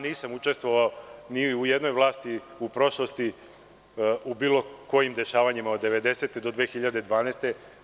Nisam učestvovao ni u jednoj vladi u prošlosti u bilo kojim dešavanja od 1990. do 2012. godine.